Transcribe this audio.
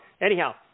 anyhow